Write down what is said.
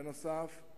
בנוסף,